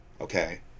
okay